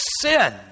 sin